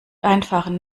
einfachen